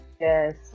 yes